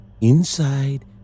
Inside